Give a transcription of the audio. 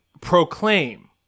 proclaim